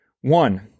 One